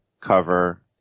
cover